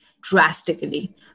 drastically